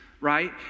right